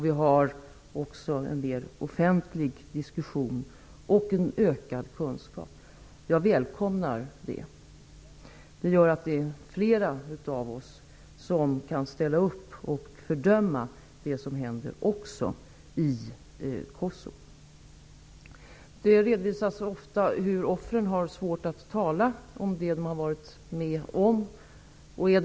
Vi har också en mer offentlig diskussion och en ökad kunskap. Jag välkomnar det. Det gör att fler av oss kan ställa upp och fördöma det som händer också i Kosovo. Det redovisas ofta hur offren har svårt att tala om det de har varit med om.